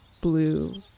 blue